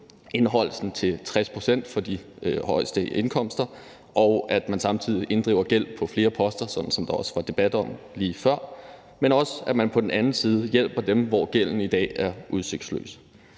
lønindeholdelsen til 60 pct. for de højeste indkomster, og at man samtidig inddriver gæld på flere poster – sådan som der også var debat om lige før – men også, at man på den anden side hjælper dem, for hvem gælden i dag er udsigtsløs.